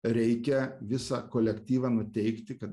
reikia visą kolektyvą nuteikti kad